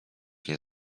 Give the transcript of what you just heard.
nie